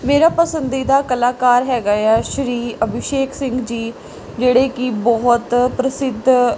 ਮੇਰਾ ਪਸੰਦੀਦਾ ਕਲਾਕਾਰ ਹੈਗਾ ਆ ਸ਼੍ਰੀ ਅਭਿਸ਼ੇਕ ਸਿੰਘ ਜੀ ਜਿਹੜੇ ਕਿ ਬਹੁਤ ਪ੍ਰਸਿੱਧ